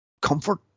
Comfort